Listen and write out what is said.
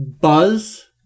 Buzz